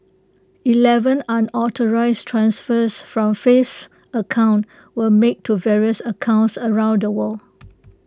Eleven unauthorised transfers from Faith's account were made to various accounts around the world